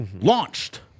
launched